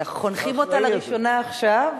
אנחנו חונכים אותה לראשונה עכשיו